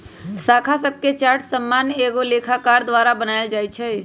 खता शभके चार्ट सामान्य एगो लेखाकार द्वारा बनायल जाइ छइ